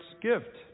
gift